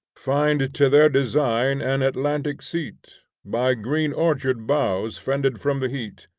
find to their design an atlantic seat, by green orchard boughs fended from the heat,